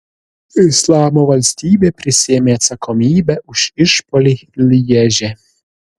islamo valstybė prisiėmė atsakomybę už išpuolį lježe